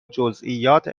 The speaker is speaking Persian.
جزئیات